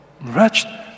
wretched